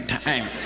time